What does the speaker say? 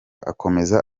akomeza